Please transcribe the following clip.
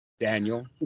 Daniel